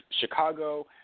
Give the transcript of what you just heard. Chicago